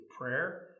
prayer